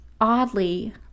oddly